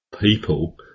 people